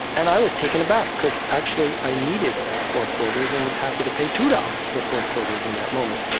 and i was taken aback. because actually i needed four quarters and was happy to pay two dollars for four quarters in that moment.